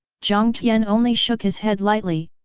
jiang tian only shook his head lightly,